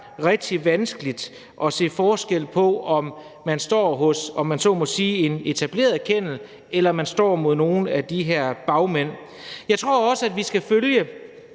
rigtig vanskeligt at se forskel på, om man står hos, om man så må sige, en etableret kennel, eller om man står hos nogle af de her bagmænd. Jeg tror også, at vi meget